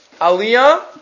aliyah